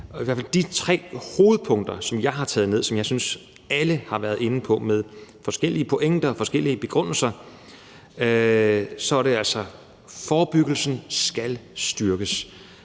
og der er tre hovedpunkter, som jeg har taget ned, og som jeg synes alle har været inde på med forskellige pointer og forskellige begrundelser. Det første er, at forebyggelsen skal styrkes.